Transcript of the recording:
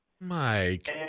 Mike